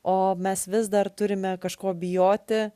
o mes vis dar turime kažko bijoti